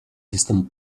distant